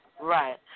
Right